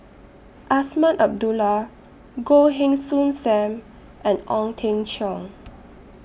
Azman Abdullah Goh Heng Soon SAM and Ong Teng Cheong